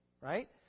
Right